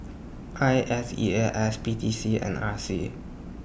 I S E A S P T C and R C